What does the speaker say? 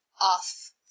off